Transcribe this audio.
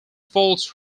false